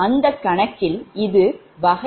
எனவே அந்த கணக்கில் இது வகை 3 ற்கான மாற்றம் ஆகும்